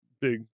big